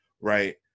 right